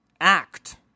act